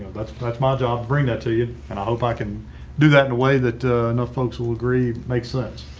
that's, that's my job bring that to you. and i hope i can do that in a way that enough folks will agree make sense.